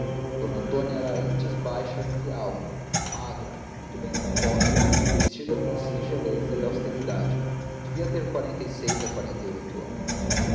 d antônia era antes baixa que alta magra muito bem composta vestida com singeleza e austeridade devia ter quarenta e seis a quarenta e oito anos